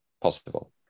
possible